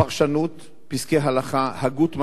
פרשנות, פסקי הלכה, הגות מחשבה,